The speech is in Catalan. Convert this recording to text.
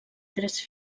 tres